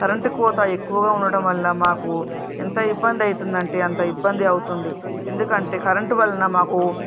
current కోత ఎక్కువగా ఉండడం వలన మాకు ఎంత ఇబ్బంది అవుతుందంటే అంత ఇబ్బంది అవుతుంది ఎందుకంటే కరెంటు వలన మాకు